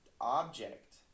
object